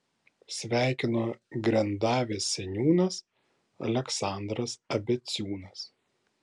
sveikino grendavės seniūnas aleksandras abeciūnas